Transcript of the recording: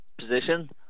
position